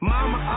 Mama